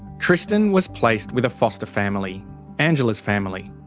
tristan was placed with a foster family angela's family.